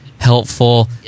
helpful